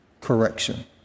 correction